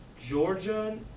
Georgia